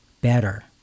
better